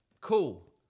cool